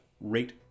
Rate